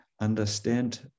understand